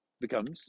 becomes